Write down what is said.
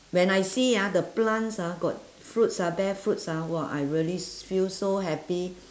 when I see ah the plants ah got fruits ah bear fruits ah !wah! I really s~ feel so happy